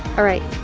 alright,